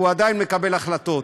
והוא עדיין מקבל החלטות,